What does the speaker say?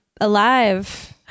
alive